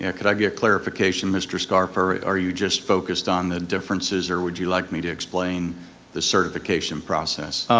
and can i get clarification, mr. scarfo, are you just focused on the differences, or would you like me to explain the certification process?